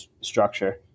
structure